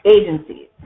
agencies